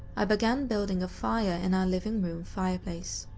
i began building a fire in our living room fireplace.